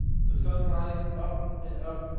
the sun rise up, and up,